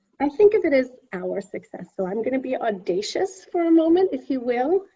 i think of it as our success, so i'm going to be audacious for a moment, if you will,